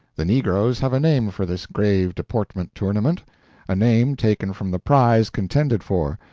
the negroes have a name for this grave deportment-tournament a name taken from the prize contended for.